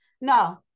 No